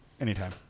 Anytime